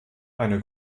eine